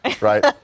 right